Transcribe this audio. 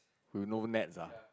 who know nets ah